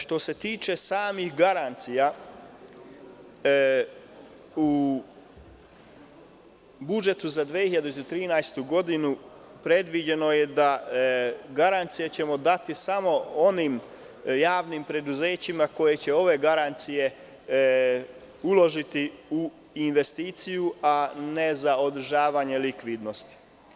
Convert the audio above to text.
Što se tiče samih garancija, u budžetu za 2013. godinu predviđeno je da ćemo garancije dati samo onim javnim preduzećima koja će ove garancije uložiti u investicije, a ne za održavanje likvidnosti.